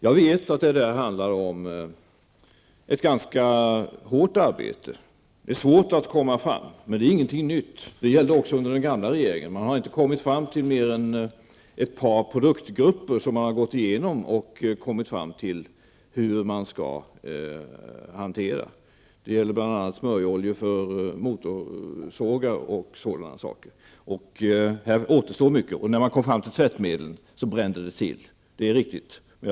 Jag vet att det handlar om ett ganska hårt arbete. Det är svårt att komma fram, men det är ingenting nytt. Det gällde också för den gamla regeringen. Det är bara fråga om ett par produktgrupper som man har gått igenom och kommit fram till hur man skall hantera. Det gäller bl.a. smörjoljor för motorsågar. Mycket återstår. Det är riktigt att det brände till när man kom fram till produktgruppen tvättmedel.